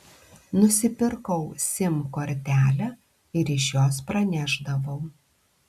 nusipirkau sim kortelę ir iš jos pranešdavau